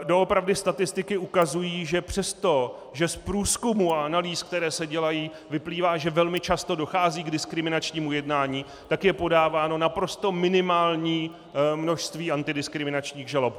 Doopravdy statistiky ukazují, že přestože z průzkumů a analýz, které se dělají, vyplývá, že velmi často dochází k diskriminačnímu jednání, tak je podáváno naprosto minimální množství antidiskriminačních žalob.